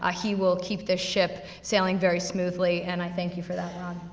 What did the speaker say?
ah he will keep the ship sailing very smoothly, and i thank you for that, ron.